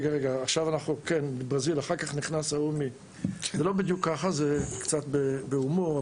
זה לא בדיוק כך, זה קצת בהומור.